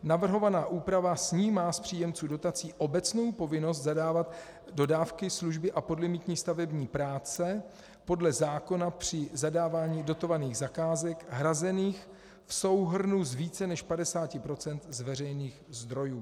Navrhovaná úprava snímá z příjemců dotací obecnou povinnost zadávat dodávky, služby a podlimitní stavební práce podle zákona při zadávání dotovaných zakázek hrazených v souhrnu z více než z 50 % z veřejných zdrojů.